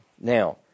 Now